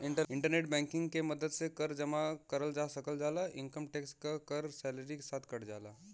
internet banking के मदद से कर जमा करल जा सकल जाला इनकम टैक्स क कर सैलरी के साथ कट जाला